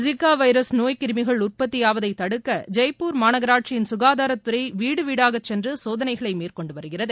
Zika virus நோய் கிருமிகள் உற்பத்தியாவதைத் தடுக்க ஜெய்ப்பூர் மாநகராட்சியின் சுகாதாரத் துறை வீடுவீடாகச் சென்று சோதனைகளை மேற்கொண்டு வருகிறது